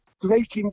great